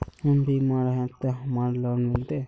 हम बीमार है ते हमरा लोन मिलते?